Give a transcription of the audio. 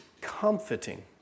comforting